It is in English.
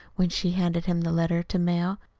when she handed him the letter to mail.